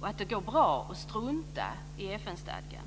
och att det går bra att strunta i FN stadgan?